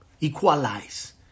equalize